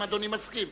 האם אדוני מסכים?